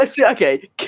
Okay